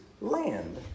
Land